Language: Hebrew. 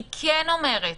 אני כן אומרת,